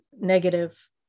negative